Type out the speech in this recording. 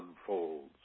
unfolds